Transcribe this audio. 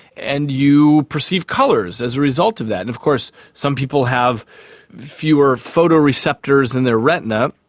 and you perceive colours as a result of that. and of course some people have fewer photo receptors in their retina,